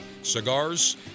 Cigars